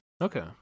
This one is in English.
Okay